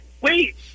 wait